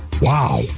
Wow